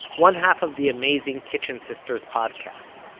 one half of the amazing kitchen sisters podcast.